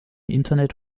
internet